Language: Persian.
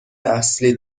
اصلی